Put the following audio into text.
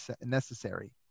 necessary